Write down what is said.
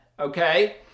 okay